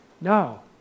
no